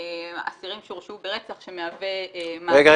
אסירים שהורשעו ברצח שמהווה --- רגע,